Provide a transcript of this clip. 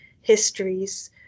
histories